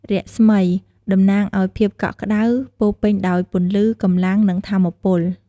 រស្មី តំណាង ឱ្យភាពកក់ក្តៅ ពោពេញដោយពន្លឺ កម្លាំង និងថាមពល។